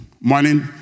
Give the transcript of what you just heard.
morning